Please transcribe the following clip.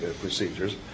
procedures